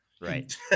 Right